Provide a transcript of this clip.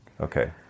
Okay